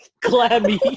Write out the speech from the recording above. clammy